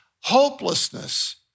Hopelessness